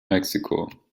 mexico